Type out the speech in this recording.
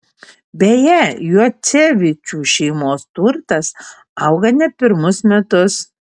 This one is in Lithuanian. beje juocevičių šeimos turtas auga ne pirmus metus